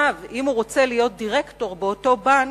אם הוא רוצה להיות דירקטור באותו בנק,